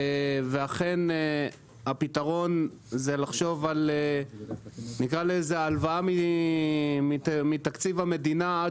אכן הפתרון זה לחשוב על הלוואה מתקציב המדינה עד